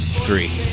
three